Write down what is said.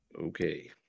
Okay